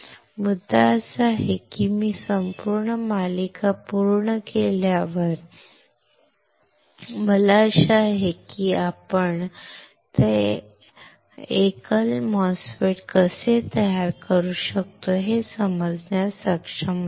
मुद्दा असा आहे की मी संपूर्ण मालिका पूर्ण केल्यावर मला आशा आहे की आपण ते एकल MOSFET कसे तयार करू शकतो हे समजण्यास सक्षम असाल